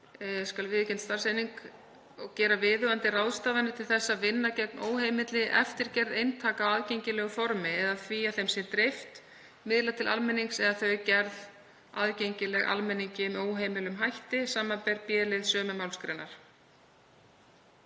skal viðurkennd starfseining gera viðeigandi ráðstafanir til þess að vinna gegn óheimilli eftirgerð eintaka á aðgengilegu formi eða því að þeim sé dreift, miðlað til almennings eða þau gerð aðgengileg almenningi með óheimilum hætti, samanber b-lið sömu málsgreinar.